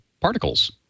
particles